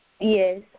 Yes